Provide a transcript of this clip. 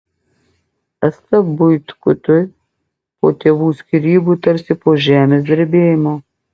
asta buitkutė po tėvų skyrybų tarsi po žemės drebėjimo